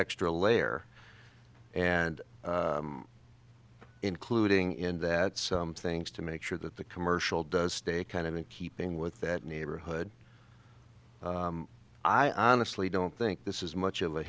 extra layer and including in that some things to make sure that the commercial does stay kind of in keeping with that neighborhood i honestly don't think this is much of a